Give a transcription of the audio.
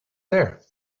there